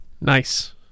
Nice